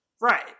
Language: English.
Right